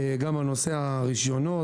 גם נושא הרישיונות,